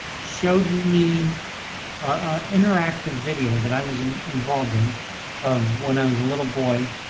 showed me an interactive video that i was involved in of when i was a little boy,